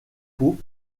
peau